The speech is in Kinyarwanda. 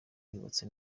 yubatse